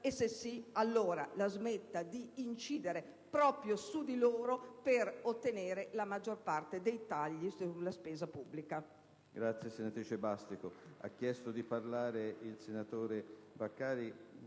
la smetta allora di incidere proprio su di loro per ottenere la maggior parte dei tagli sulla spesa pubblica.